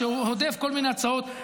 שהודף כל מיני הצעות,